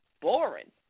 boring